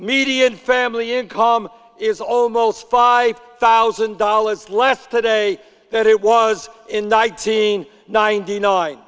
median family income is almost five thousand dollars less today that it was in nineteen ninety nine